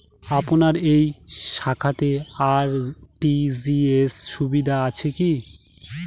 আপনার এই শাখাতে আর.টি.জি.এস সুবিধা আছে কি?